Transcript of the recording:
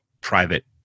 private